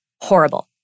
Horrible